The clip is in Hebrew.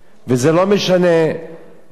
ודאי אם זה מזויף זה הרבה יותר חמור,